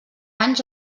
anys